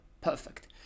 Perfect